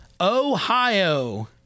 Ohio